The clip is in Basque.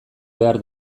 behar